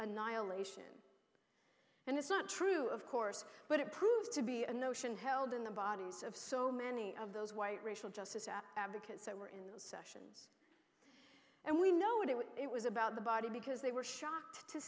annihilation and it's not true of course but it proved to be a notion held in the bodies of so many of those white racial justice at advocates that were in those and we know what it was about the body because they were shocked to